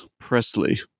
Presley